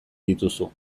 dituzu